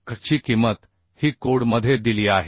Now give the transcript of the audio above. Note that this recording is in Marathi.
Kh ची किमत ही कोड मधे दिली आहे